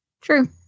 True